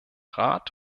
rat